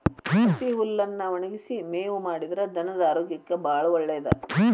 ಹಸಿ ಹುಲ್ಲನ್ನಾ ಒಣಗಿಸಿ ಮೇವು ಮಾಡಿದ್ರ ಧನದ ಆರೋಗ್ಯಕ್ಕೆ ಬಾಳ ಒಳ್ಳೇದ